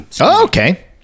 Okay